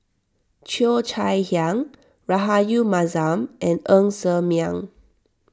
Cheo Chai Hiang Rahayu Mahzam and Ng Ser Miang